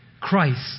Christ